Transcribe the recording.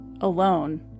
alone